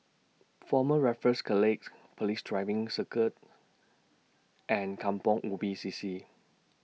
Former Raffles Police Driving Circuit and Kampong Ubi C C